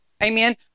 Amen